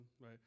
right